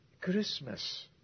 Christmas